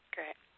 Great